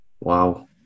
Wow